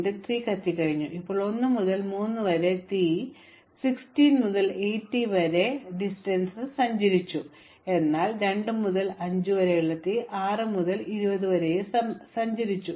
അതിനാൽ 16 ശീർഷകം 3 കത്തിക്കഴിഞ്ഞു ഇപ്പോൾ ഇതിന് 1 മുതൽ 3 വരെ തീ 16 മുതൽ 80 വരെ ദൂരം സഞ്ചരിച്ചു എന്നാൽ 2 മുതൽ 5 വരെയുള്ള തീ 6 മുതൽ 20 വരെ സഞ്ചരിച്ചു